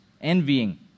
envying